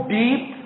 deep